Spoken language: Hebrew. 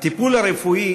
הטיפול הרפואי